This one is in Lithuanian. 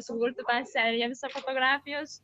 sukurti seriją visą fotografijos